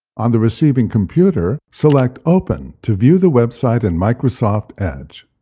on the receiving computer, select open to view the website in microsoft edge.